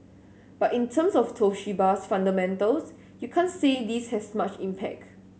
but in terms of Toshiba's fundamentals you can't say this has much impact